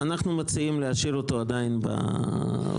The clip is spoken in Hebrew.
אנו מציעים להשאיר אותו עדיין בתמונה.